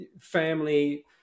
family